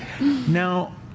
Now